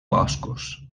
boscos